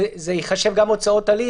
זה ייחשב גם הוצאות הליך.